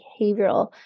behavioral